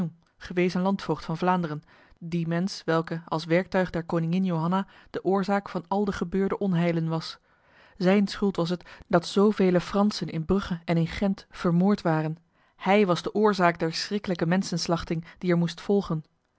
gewezen landvoogd van vlaanderen die mens welke als werktuig der koningin johanna de oorzaak van al de gebeurde onheilen was zijn schuld was het dat zovele fransen in brugge en in gent vermoord waren hij was de oorzaak der schriklijke mensenslachting die er moest volgen